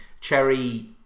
Cherry